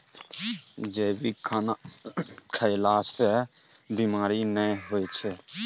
जैविक खाना खएला सँ बेमारी नहि होइ छै